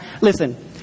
listen